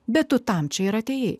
bet tam čia ir atėjai